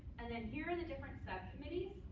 and then here are the different subcommittees.